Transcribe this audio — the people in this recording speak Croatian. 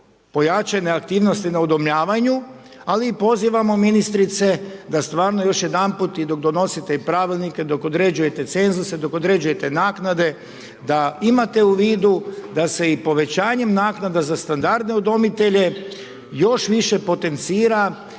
pojačane aktivnosti na udomljavanju ali i pozivamo ministrice, da stvarno još jedanput i dok donosite i pravilnike, dok određujete cenzuse, dok određujete naknade, da imate u vidu da se i povećanjem naknada za standarde udomitelje, još više potencira